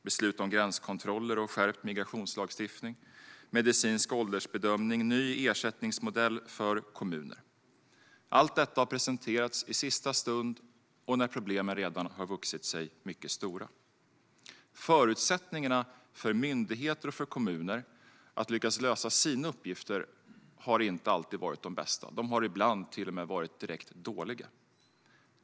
Beslut om gränskontroller och skärpt migrationslagstiftning, medicinsk åldersbedömning, ny ersättningsmodell för kommuner - allt detta har presenterats i sista stund och när problemen redan har vuxit sig mycket stora. Förutsättningarna för myndigheter och för kommuner att lyckas lösa sina uppgifter har inte alltid varit de bästa. De har ibland till och med varit direkt dåliga.